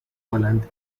volante